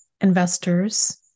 investors